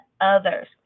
others